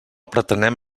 pretenem